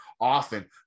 often